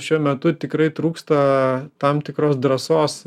šiuo metu tikrai trūksta tam tikros drąsos